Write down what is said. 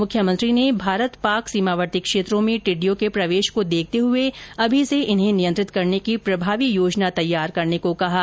मुख्यमंत्री ने भारत पाक सीमावर्ती क्षेत्रों में टिड़िडयों के प्रवेश को देखते हुए अभी से इन्हें नियंत्रित करने की प्रभावी योजना तैयार करने को कहा है